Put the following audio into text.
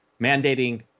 mandating